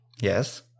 Yes